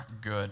good